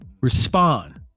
respond